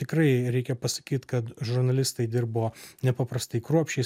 tikrai reikia pasakyt kad žurnalistai dirbo nepaprastai kruopščiai